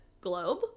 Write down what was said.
globe